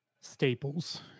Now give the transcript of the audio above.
staples